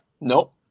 Nope